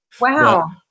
Wow